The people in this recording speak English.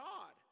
God